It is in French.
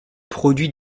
produit